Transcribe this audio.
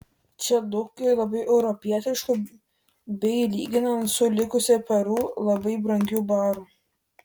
čia daug ir labai europietiškų bei lyginant su likusia peru labai brangių barų